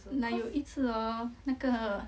like 有一次 hor 那个